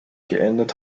geändert